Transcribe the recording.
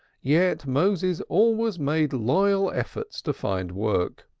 yet moses always made loyal efforts to find work.